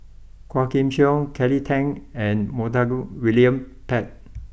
Quah Kim Song Kelly Tang and Montague William Pett